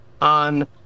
on